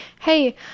hey